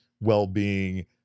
well-being